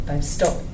stop